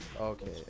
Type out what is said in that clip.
okay